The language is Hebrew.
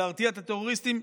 להרתיע את הטרוריסטים,